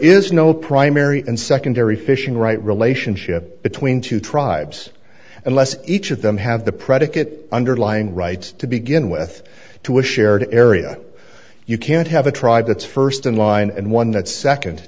is no primary and secondary fishing right relationship between two tribes and less each of them have the predicate underlying rights to begin with to a shared area you can't have a tribe that's first in line and one that second